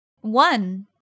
one